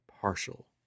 partial